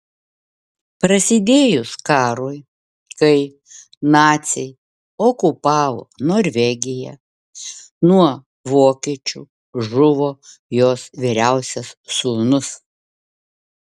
prasidėjus karui kai naciai okupavo norvegiją nuo vokiečių žuvo jos vyriausias sūnus